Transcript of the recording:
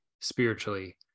spiritually